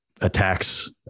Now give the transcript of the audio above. attacks